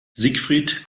siegfried